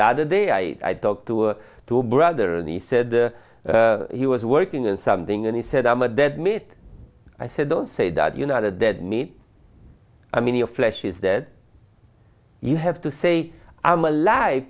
the other day i talked to two brother and he said he was working on something and he said i'm a dead meat i said don't say that you know the dead meat i mean your flesh is that you have to say i'm alive